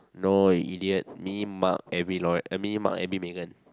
no you idiot me Mark Abby Laur~ me Mark Abby Megan